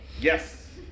Yes